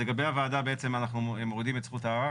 לגבי הוועדה, בעצם אנחנו מורידים את זכות הערר.